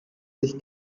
sich